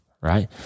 right